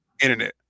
internet